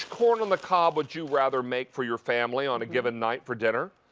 corn on the cob would you rather make for your family on a given night for dinner?